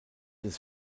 des